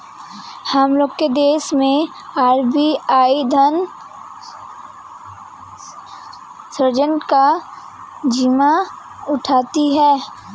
हम लोग के देश मैं आर.बी.आई धन सृजन का जिम्मा उठाती है